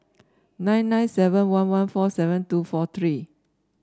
nine nine seven one one four seven two four three